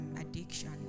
addiction